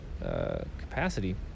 capacity